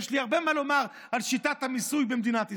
ויש לי הרבה מה לומר על שיטת המיסוי במדינת ישראל,